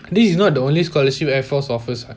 this is not the only scholarship air force offers ah